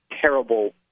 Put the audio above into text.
terrible